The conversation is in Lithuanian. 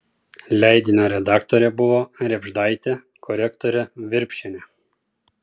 leidinio redaktorė buvo rėbždaitė korektorė virpšienė